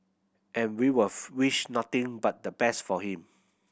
and we was wish nothing but the best for him